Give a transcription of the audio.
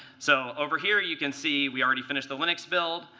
so over here, you can see we already finished the linux build.